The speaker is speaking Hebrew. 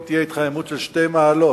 אם תהיה התחממות של שתי מעלות,